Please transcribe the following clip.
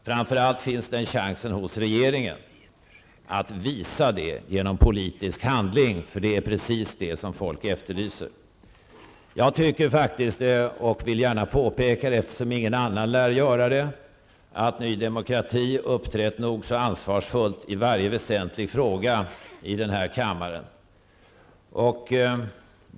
Framför allt har regeringen chansen att visa det genom politisk handling, eftersom det är precis detta som folk efterlyser. Jag tycker faktiskt, och vill gärna påpeka det eftersom ingen annan lär göra det, att ny demokrati uppträtt nog så ansvarsfullt i varje väsentlig fråga i denna kammare.